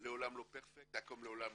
לעולם לא יהיה הכל מושלם,